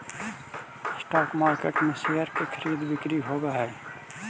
stock market में share के खरीद बिक्री होवऽ हइ